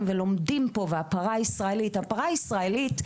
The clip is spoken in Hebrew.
ולומדים פה והפרה הישראלית הפרה הישראלית,